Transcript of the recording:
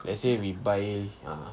let's say we buy ah